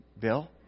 Bill